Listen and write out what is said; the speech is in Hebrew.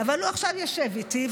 אבל הוא עכשיו יושב איתי,